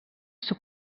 sud